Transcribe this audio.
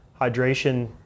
hydration